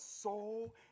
soul